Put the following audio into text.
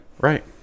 Right